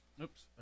Oops